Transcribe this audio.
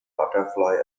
butterfly